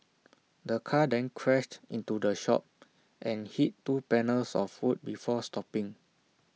the car then crashed into the shop and hit two panels of wood before stopping